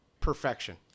perfection